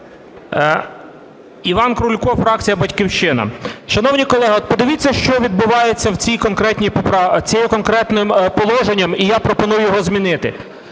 Іван Крулько, фракція "Батьківщина". Шановні колеги, подивіться, що відбувається цим конкретним положенням і я пропоную його змінити.